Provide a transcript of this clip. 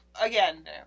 again